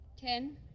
Ten